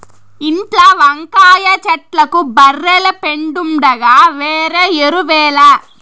ఇంట్ల వంకాయ చెట్లకు బర్రెల పెండుండగా వేరే ఎరువేల